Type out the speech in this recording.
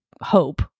hope